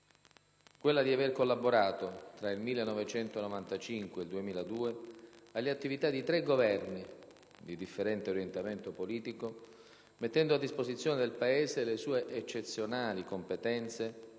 Quella di aver collaborato, tra il 1995 e il 2002, alle attività di tre Governi, di differente orientamento politico, mettendo a disposizione del Paese le sue eccezionali competenze e